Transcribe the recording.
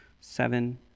seven